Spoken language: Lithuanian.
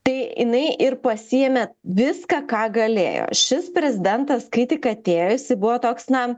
tai jinai ir pasiėmė viską ką galėjo šis prezidentas kai tik atėjo jisai buvo toks na